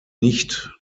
nicht